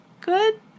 good